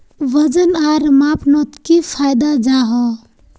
वजन आर मापनोत की फायदा जाहा?